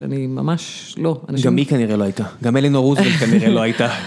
אני ממש לא, אנשים... גם היא כנראה לא הייתה. גם אלינור רוזוולט כנראה לא הייתה.